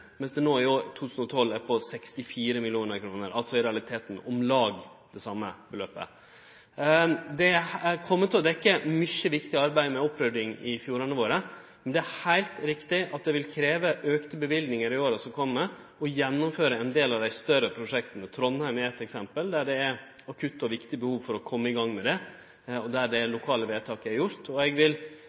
64 mill. kr, altså om lag det same beløpet. Det kjem til å dekkje mykje viktig arbeid med opprydding i fjordane våre, men det er heilt riktig at det vil krevje auka løyve i åra som kjem, å gjennomføre ein del av dei større prosjekta. Trondheim er eitt eksempel, der det er eit akutt og viktig behov for å kome i gang, og der det lokale vedtaket er gjort. Eg vil